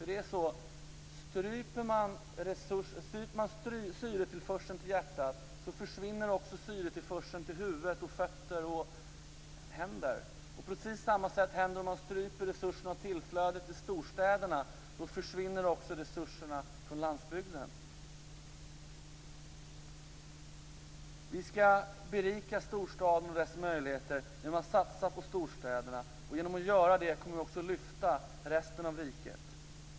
Det är nämligen så här: Stryper man syretillförseln till hjärtat så försvinner också syretillförseln till huvud, fötter och händer. Precis samma sak händer om man stryper tillflödet av resurser till storstäderna, då försvinner också resurserna från landsbygden. Vi skall berika storstaden och dess möjligheter genom att satsa på storstäderna, och genom att göra det kommer vi också att lyfta resten av riket.